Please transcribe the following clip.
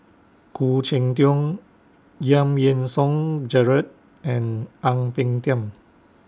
Khoo Cheng Tiong Giam Yean Song Gerald and Ang Peng Tiam